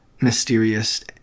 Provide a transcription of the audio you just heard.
mysterious